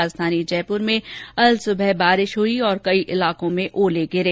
राजधानी जयपुर में अल सुबह बारिश हुई और कई इलाकों में ओले गिरे